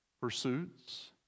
pursuits